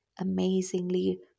amazingly